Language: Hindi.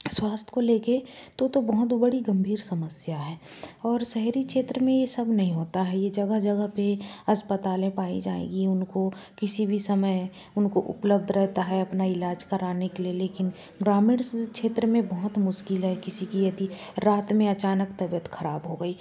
स्वास्थय को लेकर तो तो बहुत बड़ी गम्भीर समस्या है और शहरी क्षेत्र में यह सब नहीं होता है यह जगह जगह पर अस्पतालें पाई जाएगी उनको किसी भी समय उनको उपलब्ध रहता है अपना इलाज़ कराने के लिए लेकिन ग्रामीण क्षेत्र में बहुत मुश्किल है किसी की यदि रात में अचानक तबीयत ख़राब हो गई